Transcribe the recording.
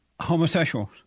homosexuals